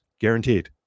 guaranteed